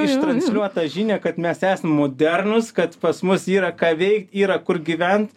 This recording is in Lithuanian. ištransliuot tą žinią kad mes esam modernūs kad pas mus yra ką veikt yra kur gyvent